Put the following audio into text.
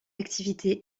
activités